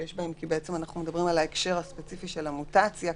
בגלל ההקשר הספציפי של המוטציה.